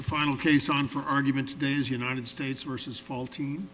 the final case on for argument days united states versus faulty